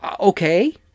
okay